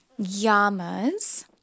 yamas